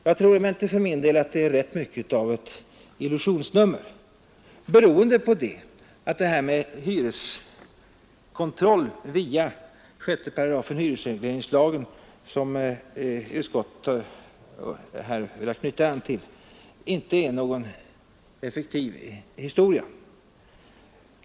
Jag tror emellertid att det är rätt mycket av ett illusionsnummer, beroende på att det här med hyreskontroll via 6 § hyresregleringslagen, som utskottet velat knyta an till, inte är någon effektiv anordning.